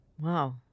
Wow